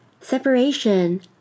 separation